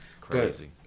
Crazy